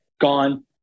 gone